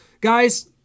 Guys